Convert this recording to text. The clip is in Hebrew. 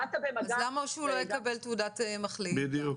למה שהוא לא יקבל תעודת מחלים?